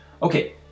Okay